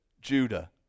Judah